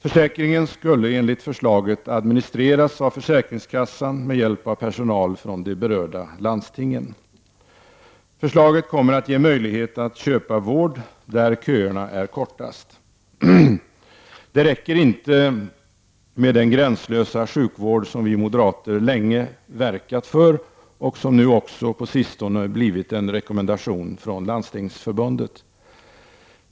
Försäkringen skulle enligt förslaget administreras av försäkringskassan med hjälp av personal från de berörda landstingen. Förslaget kommer att ge möjlighet att köpa vård där köerna är kortast. Det räcker inte med den gränslösa sjukvård som vi moderater länge verkat för och som nu på sistone blivit en rekommendation från Landstingsförbundet.